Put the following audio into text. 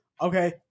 Okay